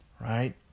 right